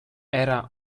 era